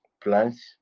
plants